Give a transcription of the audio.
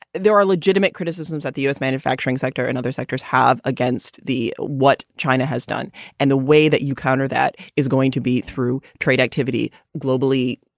there are legitimate criticisms that the u s. manufacturing sector and other sectors have against the what china has done and the way that you counter that is going to be through trade activity globally,